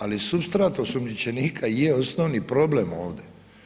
Ali supstrat osumnjičenika je osnovni problem ovdje.